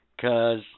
Cause